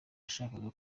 yashakaga